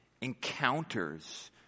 encounters